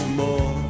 more